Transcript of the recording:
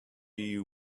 you